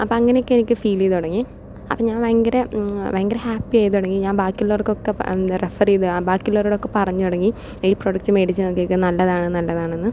അപ്പം അങ്ങനെയൊക്കെ എനിക്ക് ഫീൽ ചെയ്ത് തുടങ്ങി അപ്പോൾ ഞാൻ ഭയങ്കര ഭയങ്കര ഹാപ്പിയായി തുടങ്ങി ഞാൻ ബാക്കിയുള്ളവർക്ക് ഒക്കെ അങ്ങ് റെഫർ ചെയ്ത് ബാക്കി ഉള്ളവരോട് ഒക്കെ പറഞ്ഞു തുടങ്ങി ഈ പ്രൊഡക്റ്റ് മേടിച്ചാൽ മതി അത് നല്ലതാണ് നല്ലതാണ് എന്ന്